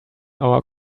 our